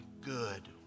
good